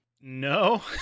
no